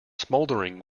smouldering